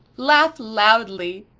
laugh loudly.